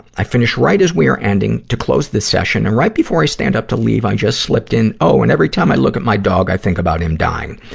i finished right as we are ending to close the session. and right before i stand up to leave, i just slipped in, oh, and every time i look at my dog, i think about him dying.